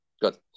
Good